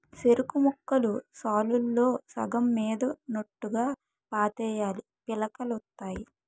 సెరుకుముక్కలు సాలుల్లో సగం మీదకున్నోట్టుగా పాతేయాలీ పిలకలొత్తాయి